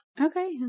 Okay